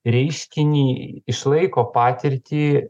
reiškinį išlaiko patirtį